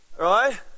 right